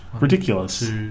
Ridiculous